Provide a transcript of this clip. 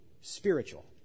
Spiritual